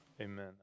amen